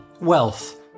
Wealth